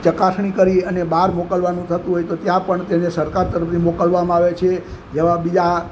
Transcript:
ચકાસણી કરી અને બહાર મોકલવાનું થતું હોય તો ત્યાં પણ તેને સરકાર તરફથી મોકલવામાં આવે છે જેવા બીજા